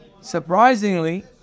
Surprisingly